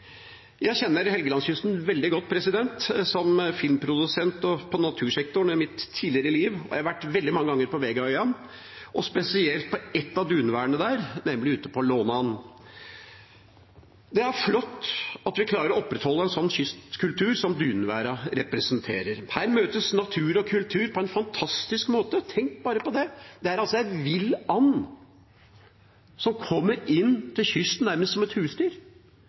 Jeg kjenner Helgelandskysten veldig godt. Som filmprodusent i natursektoren i mitt tidligere liv har jeg vært veldig mange ganger på Vegaøyan – og spesielt ute på ett av dunværene der, nemlig Lånan. Det er flott at vi klarer å opprettholde en sånn kystkultur som dunværene representerer. Her møtes natur og kultur på en fantastisk måte. Tenk bare på det – det er altså en vill and som kommer inn til kysten, nærmest som et husdyr.